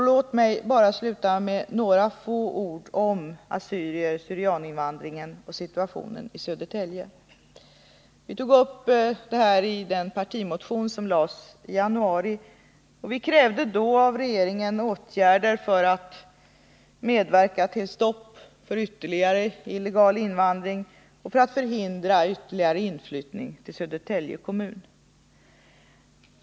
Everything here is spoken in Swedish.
Låt mig sluta med några få ord om assyrier/syrianer-invandringen och situationen i Södertälje. Vi tog upp denna fråga i den partimotion som vi väckte i januari. Vi krävde i motionen åtgärder av regeringen för att medverka till ett stopp på ytterligare illegal invandring och för att förhindra ytterligare inflyttning till Södertälje kommun.